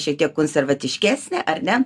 šiek tiek konservatiškesnė ar ne